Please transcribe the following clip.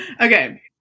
okay